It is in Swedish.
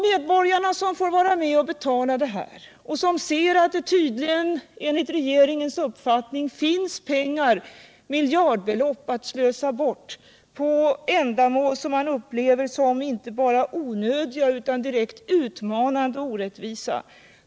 Medborgarna, som får vara med och betala det här, ser att det tydligen enligt regeringens uppfattning finns miljardbelopp att slösa bort på sådant som de upplever som inte bara onödigt utan direkt utmanande orättvist.